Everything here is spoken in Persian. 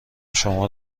شما